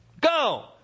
go